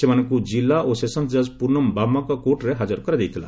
ସେମାନଙ୍କୁ ଜିଲ୍ଲା ଓ ସେସନ୍ ଜଜ୍ ପୁନମ୍ ବାମ୍ଘାଙ୍କ କୋର୍ଟରେ ହାଜର କରାଯାଇଥିଲା